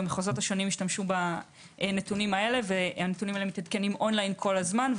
במחוזות השונים השתמשו בנתונים האלה והם מתעדכנים און ליין כל הזמן.